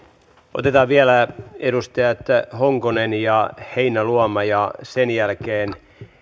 otetaan vielä edustajat honkonen ja heinäluoma ja sen jälkeen